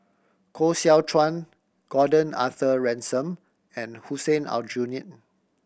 Koh Seow Chuan Gordon Arthur Ransome and Hussein Aljunied